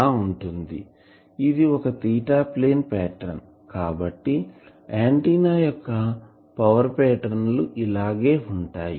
ఇది ఒక theta plane pattern కాబట్టి ఆంటిన్నా యొక్క పవర్ పాటర్న్లు ఇలాగె ఉంటాయి